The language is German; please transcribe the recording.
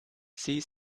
sie